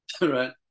Right